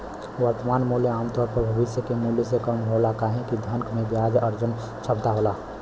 वर्तमान मूल्य आमतौर पर भविष्य के मूल्य से कम होला काहे कि धन में ब्याज अर्जन क्षमता होला